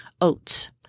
oats